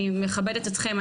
אני מכבדת אתכם,